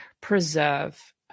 preserve